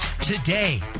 today